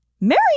Mary